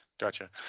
Gotcha